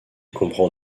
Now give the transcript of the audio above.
comprend